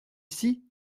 ici